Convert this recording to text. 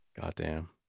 Goddamn